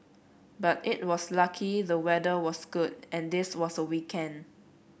but it was lucky the weather was good and this was a weekend